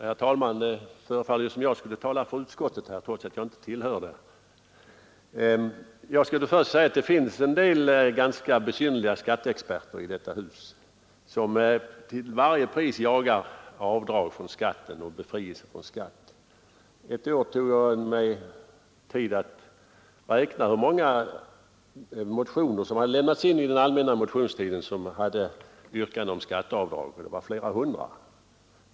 Herr talman! Det förefaller som om jag skulle tala för utskottet, trots att jag inte tillhör det. Jag vill först säga att det finns en del ganska besynnerliga skatteexperter i detta hus, vilka till varje pris jagar skatteavdrag och befrielse från skatt. Ett år tog jag mig tid att räkna hur många motioner som hade lämnats in under den allmänna motionstiden med yrkanden om skatteavdrag, och det visade sig vara flera hundra.